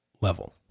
level